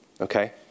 Okay